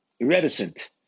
reticent